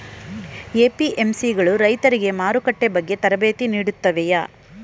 APMC ಗಳು ರೈತರಿಗೆ ಮಾರುಕಟ್ಟೆ ಬಗ್ಗೆ ತರಬೇತಿ ನೀಡುತ್ತವೆಯೇ?